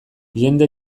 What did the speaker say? jende